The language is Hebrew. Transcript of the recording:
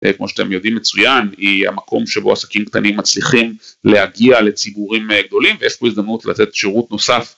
כמו שאתם יודעים מצוין היא המקום שבו עסקים קטנים מצליחים להגיע לציבורים גדולים ויש פה הזדמנות לתת שירות נוסף.